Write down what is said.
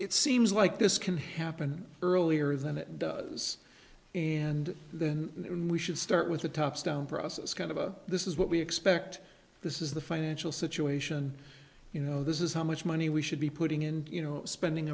it seems like this can happen earlier than it does and then we should start with the top stone process kind of a this is what we expect this is the financial situation you know this is how much money we should be putting in you know spending